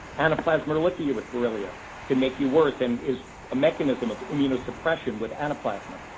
anaplasma ehrlichia with borrelia can make you worse and is a mechanism of immunosuppression with anaplasma.